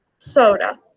soda